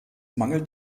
mangelt